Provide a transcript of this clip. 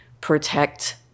protect